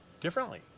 differently